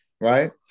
right